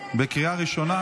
בקריאה ראשונה,